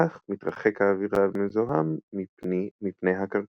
וכך מתרחק האוויר המזוהם מפני הקרקע.